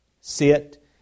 sit